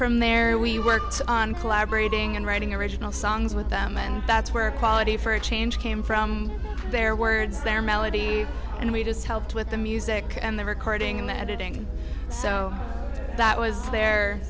from there we worked on collaborating and writing original songs with them and that's where quality for a change came from their words their melody and we just helped with the music and the recording and the editing so that was their